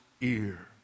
ear